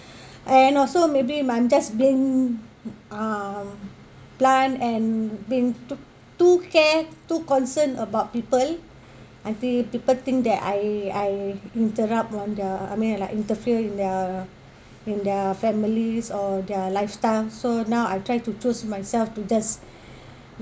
and also maybe I'm just being uh blunt and been too care too concerned about people until people think that I I interrupt on their I mean like interfere in their in their families or their lifestyle so now I try to choose myself to just